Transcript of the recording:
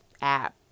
app